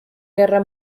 guerra